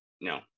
no